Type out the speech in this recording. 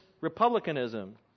republicanism